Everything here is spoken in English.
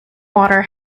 water